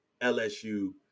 LSU